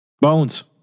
Bones